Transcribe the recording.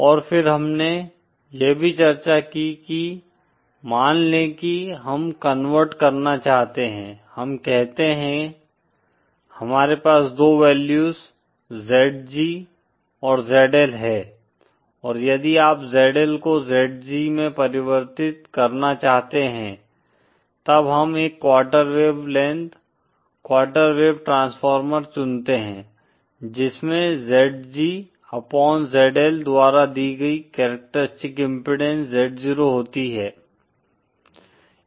और फिर हमने यह भी चर्चा की कि मान लें कि हम कनवर्ट करना चाहते हैं हम कहते हैं हमारे पास दो वैल्यूज ZG और ZL हैं और यदि आप ZL को ZG में परिवर्तित करना चाहते हैं तब हम एक quarter wavelength quarter wave transformer चुनते हैं जिसमें ZG अपॉन ZL द्वारा दी गई कैरेक्टरिस्टिक इम्पीडेन्स Z0 होती है